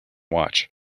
watch